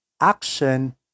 action